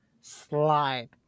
slide